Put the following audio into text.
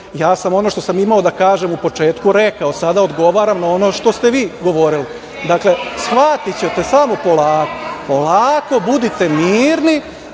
Ja sam ono što sam imao da kažem u početku rekao, sada odgovaram na ono što ste vi odgovorili. Dakle, shvatićete, samo polako. Polako budite mirni,